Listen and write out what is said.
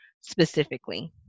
specifically